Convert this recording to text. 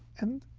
and,